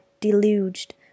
deluged